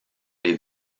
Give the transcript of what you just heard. les